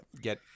get